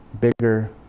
bigger